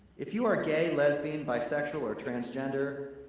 if you are gay, lesbian, bisexual or transgender,